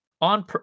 on